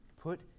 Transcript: Put